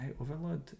overload